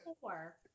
four